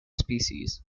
species